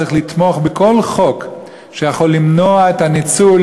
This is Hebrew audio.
צריך לתמוך בכל חוק שיכול למנוע את הניצול